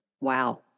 Wow